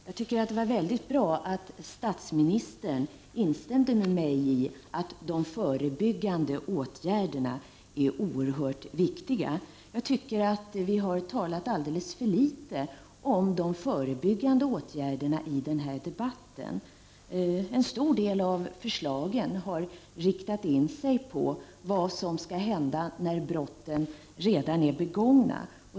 Herr talman! Det var mycket bra att statsministern instämde med mig i att de förebyggande åtgärderna är oerhört viktiga. Vi har talat alldeles för litet om de förebyggande åtgärderna i denna debatt. En stor del av förslagen har riktat in sig på vad som skall hända när brotten redan är begångna.